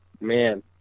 man